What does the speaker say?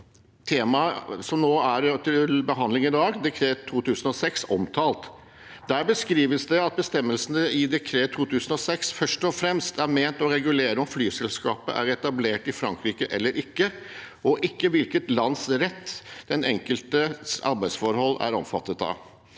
Temaet som er til behandling nå i dag, Decree 2006, er også omtalt i denne meldingen. Der beskrives det at bestemmelsene i Decree 2006 først og fremst er ment å regulere om flyselskapet er etablert i Frankrike eller ikke, og ikke hvilket lands rett den enkeltes arbeidsforhold er omfattet av.